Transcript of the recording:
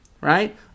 right